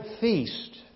feast